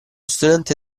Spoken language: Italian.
studente